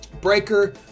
breaker